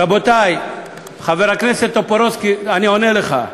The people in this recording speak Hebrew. רבותי, חבר הכנסת טופורובסקי, אני עונה לך.